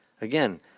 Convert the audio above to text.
Again